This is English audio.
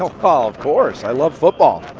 ah ah of course i love football.